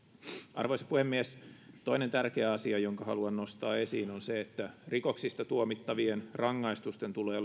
arvoisa puhemies toinen tärkeä asia jonka haluan nostaa esiin on se että rikoksista tuomittavien rangaistusten tulee